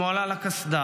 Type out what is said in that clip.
/ שמאלה לקסדה,